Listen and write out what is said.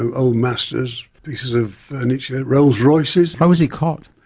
old masters, pieces of furniture, rolls royces. how was he caught?